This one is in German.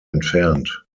entfernt